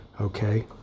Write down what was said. Okay